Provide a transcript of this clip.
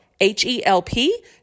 H-E-L-P